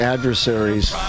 Adversaries